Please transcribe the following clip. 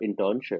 internship